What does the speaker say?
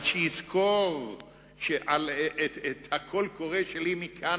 אבל שיזכור את הקול-קורא שלי מכאן,